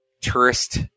tourist